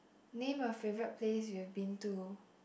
name a favourite place you've been to